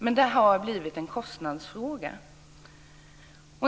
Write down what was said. Detta har blivit en kostnadsfråga.